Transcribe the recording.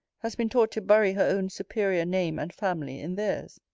has been taught to bury her own superior name and family in theirs.